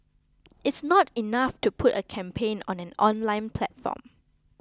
it's not enough to put a campaign on an online platform